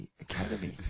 Academy